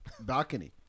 balcony